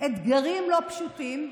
אתגרים לא פשוטים.